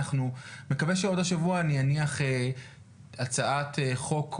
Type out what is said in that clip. אני מקווה שעוד השבוע אני אניח הצעת חוק,